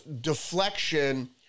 deflection